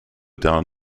down